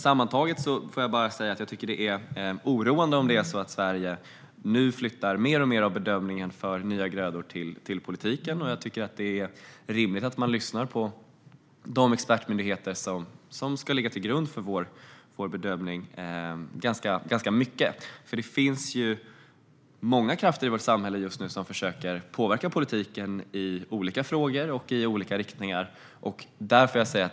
Sammantaget tycker jag att det är oroande om Sverige flyttar mer och mer av bedömningen av nya grödor till politiken. Jag tycker att det är rimligt att man lyssnar på expertmyndigheternas utlåtanden, som ska ligga grund för vår bedömning. Det finns många krafter i vårt samhälle just nu som försöker att påverka politiken i olika frågor och i olika riktningar.